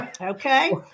Okay